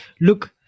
look